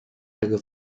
tego